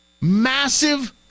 massive